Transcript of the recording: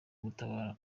gutabara